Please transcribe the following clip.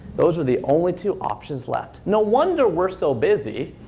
those are the only two options left. no wonder we're so busy.